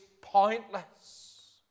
pointless